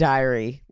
Diary